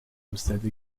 possède